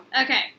Okay